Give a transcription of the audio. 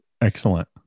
Excellent